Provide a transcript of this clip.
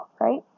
right